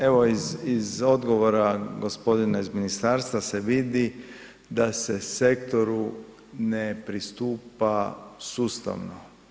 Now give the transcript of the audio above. Evo, iz, iz odgovora gospodina iz ministarstva se vidi da se sektor ne pristupa sustavno.